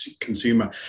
consumer